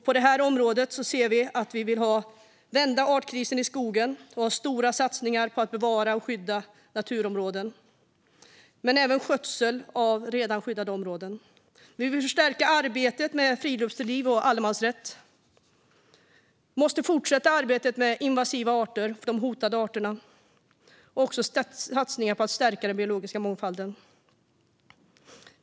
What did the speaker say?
På detta område vill vi vända artkrisen i skogen och göra stora satsningar på att bevara och skydda naturområden samt satsa på skötsel av redan skyddade områden. Vi vill förstärka arbetet med friluftsliv och allemansrätt. Vi måste fortsätta arbetet med invasiva arter och de hotade arterna samt göra satsningar på att stärka den biologiska mångfalden.